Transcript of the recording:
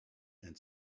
and